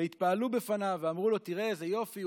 והתפעלו בפניו ואמרו לו: תראה איזה יופי,